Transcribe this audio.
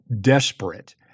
desperate